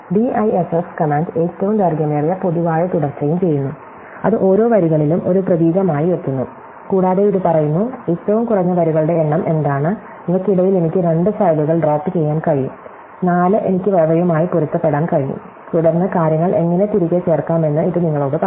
DIFF command ഏറ്റവും ദൈർഘ്യമേറിയ പൊതുവായ തുടർച്ചയും ചെയ്യുന്നു അത് ഓരോ വരികളിലും ഒരു പ്രതീകമായി എത്തുന്നു കൂടാതെ ഇത് പറയുന്നു ഏറ്റവും കുറഞ്ഞ വരികളുടെ എണ്ണം എന്താണ് ഇവയ്ക്കിടയിൽ എനിക്ക് രണ്ട് ഫയലുകൾ ഡ്രോപ്പ് ചെയ്യാൻ കഴിയും 4 എനിക്ക് അവയുമായി പൊരുത്തപ്പെടാൻ കഴിയും തുടർന്ന് കാര്യങ്ങൾ എങ്ങനെ തിരികെ ചേർക്കാമെന്ന് ഇത് നിങ്ങളോട് പറയും